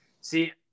See